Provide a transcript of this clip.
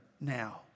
now